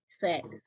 Facts